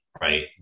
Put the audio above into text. right